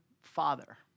father